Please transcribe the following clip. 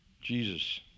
Jesus